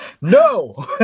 no